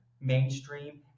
mainstream